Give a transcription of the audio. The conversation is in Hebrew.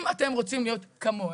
אם אתם רוצים להיות כמוהם,